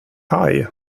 haj